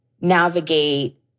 navigate